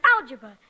algebra